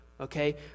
okay